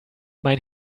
mein